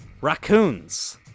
Raccoons